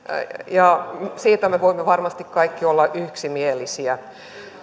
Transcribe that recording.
ja siitä me voimme varmasti kaikki olla yksimielisiä